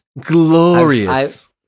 Glorious